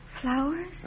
Flowers